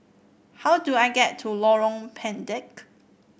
how do I get to Lorong Pendek